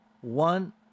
one